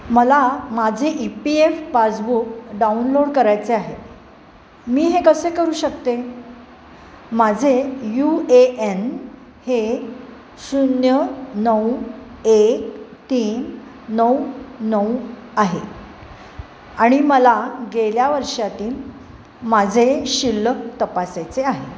मला माझे E P F passbook download करायचे आहे मी हे कसे करू शकते माझे यू ए एन हे शून्य नऊ एक तीन नऊ नऊ आहे आणि मला गेल्या वर्षातील माझे शिल्लक तपासायचे आहे